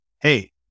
Hey